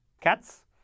cats